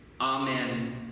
Amen